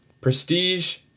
Prestige